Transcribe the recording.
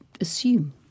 assume